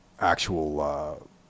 actual